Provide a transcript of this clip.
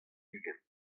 ugent